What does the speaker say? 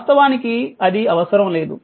వాస్తవానికి అది అవసరం లేదు